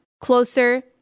closer